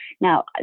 Now